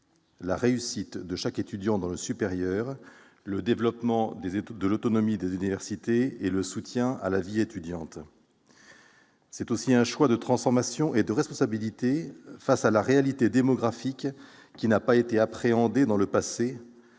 la réussite de chaque étudiant dans le supérieur, le développement de l'autonomie des universités et le soutien à la vie étudiante. C'est aussi un choix de transformation et de responsabilité face à la réalité démographique qui n'a pas été appréhendée dans le passé.